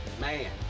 Man